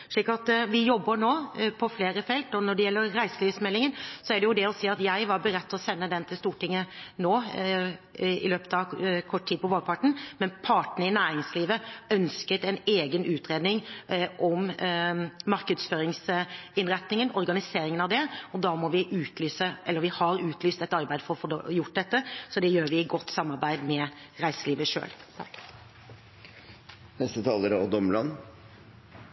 vi jobber nå på flere felt. Når det gjelder reiselivsmeldingen, er det jo det å si at jeg var beredt til å sende den til Stortinget i løpet av kort tid, på vårparten, men partene i næringslivet ønsket en egen utredning om markedsføringsinnretningen og organiseringen av det, og da har vi utlyst et arbeid for å få gjort dette. Så det gjør vi i godt samarbeid med reiselivet selv. Først vil jeg takke interpellanten for å sette en viktig sak på agendaen. Situasjonen på Sør-Vestlandet er